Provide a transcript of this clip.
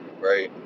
Right